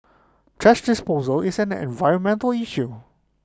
thrash disposal is an environmental issue